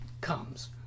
comes